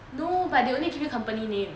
no but they only give me company name